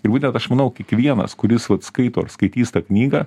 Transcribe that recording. ir aš manau kiekvienas kuris vat skaito ar skaitys tą knygą